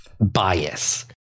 bias